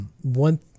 One